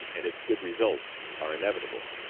and its good results are inevitable.